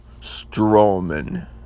Strowman